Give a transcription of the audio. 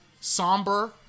somber